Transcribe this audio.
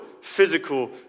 physical